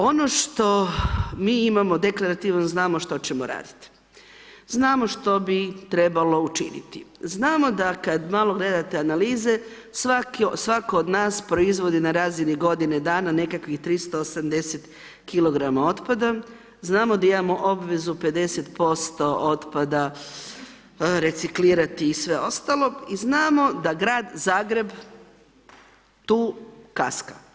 Ono što mi imamo deklarativno znamo što ćemo raditi, znamo što bi trebalo učiniti, znamo da kad malo gledate analize svako od nas proizvodi na razini godine dana nekakvih 380 kg otpada, znamo da imamo obvezu 50% otpada reciklirati i sve ostalo i znamo da Grad Zagreb tu kaska.